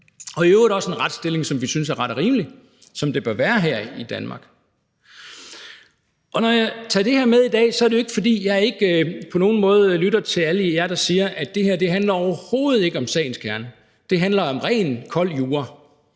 er i øvrigt også en retsstilling, som vi synes er ret og rimelig; det er sådan, det bør være her i Danmark. Når jeg tager det her med i dag, er det jo ikke, fordi jeg ikke på nogen måde lytter til alle jer, der siger, at det her overhovedet ikke handler om sagens kerne, som handler om ren, kold jura,